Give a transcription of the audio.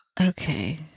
Okay